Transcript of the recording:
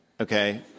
okay